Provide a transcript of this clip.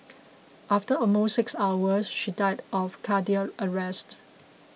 after almost six hours she died of cardiac arrest